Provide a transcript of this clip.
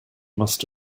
must